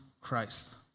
Christ